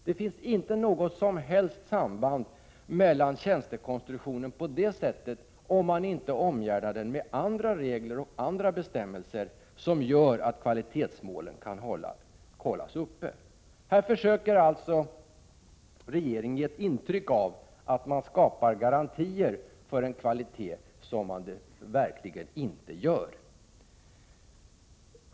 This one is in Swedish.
Det finns inte något som helst samband med tjänstekonstruktionen, om den inte omgärdas med andra regler och bestämmelser, som gör att kvalitetsmålen kan hållas uppe. Här försöker alltså regeringen ge ett intryck av att man skapar garantier för en kvalitet — vilket regeringen verkligen inte gör.